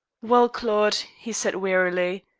well, claude, he said wearily,